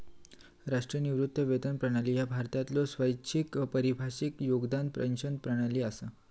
राष्ट्रीय निवृत्ती वेतन प्रणाली ह्या भारतातलो स्वैच्छिक परिभाषित योगदान पेन्शन प्रणाली असा